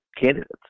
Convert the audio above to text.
candidates